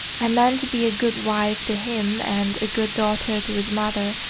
i meant to be a good wife to him and a good daughter to his mother,